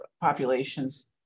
populations